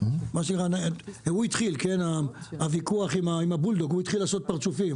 "הוא התחיל", הוא התחיל לעשות פרצופים.